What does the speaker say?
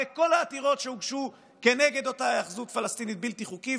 אחרי כל העתירות שהוגשו כנגד אותה היאחזות פלסטינית בלתי חוקית,